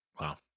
wow